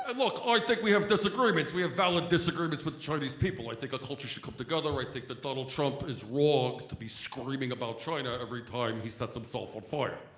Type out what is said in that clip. and look i think we have disagreements, we have valid disagreements with chinese people. i think our cultures should come together. i think that donald trump is wrong to be screaming about china every time he sets himself on fire.